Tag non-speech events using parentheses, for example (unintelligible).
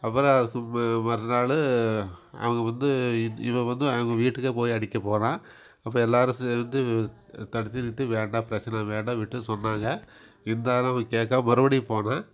அப்புறம் (unintelligible) மறுநாள் அவங்க வந்து இவன் வந்து அவங்க வீட்டுக்கே போய் அடிக்கப் போனான் அப்போ எல்லோரும் சேர்ந்து தடுத்து நிறுத்தி வேண்டாம் பிரச்சனை வேண்டாம் விட்டுடுனு சொன்னாங்க இருந்தாலும் அவன் கேட்காம மறுபடியும் போனான்